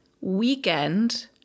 weekend